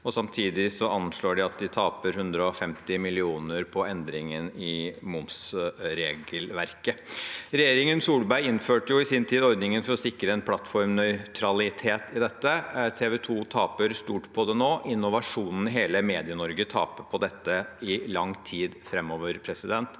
samtidig anslår TV 2 at de taper 150 mill. kr på endringen i momsregelverket. Regjeringen Solberg innførte ordningen i sin tid for å sikre en plattformnøytralitet i dette. TV 2 taper stort på det nå. Innovasjoner i hele Medie-Norge taper på dette i lang tid framover. Jeg